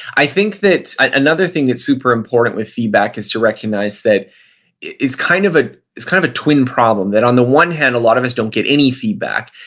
i think that another thing that's super important with feedback is to recognize that kind of ah it's kind of a twin problem. that on the one hand, a lot of us don't get any feedback,